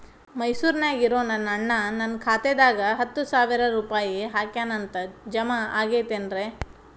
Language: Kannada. ಮೈಸೂರ್ ನ್ಯಾಗ್ ಇರೋ ನನ್ನ ಅಣ್ಣ ನನ್ನ ಖಾತೆದಾಗ್ ಹತ್ತು ಸಾವಿರ ರೂಪಾಯಿ ಹಾಕ್ಯಾನ್ ಅಂತ, ಜಮಾ ಆಗೈತೇನ್ರೇ?